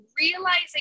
realizing